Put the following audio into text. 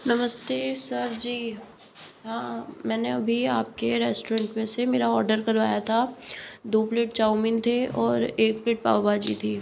नमस्ते सर जी हाँ मैंने अभी आपके रेस्टोरेंट पर से मेरा ऑर्डर करवाया था दो प्लेट चाउमीन थे और एक प्लेट पावभाजी थी